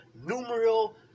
numeral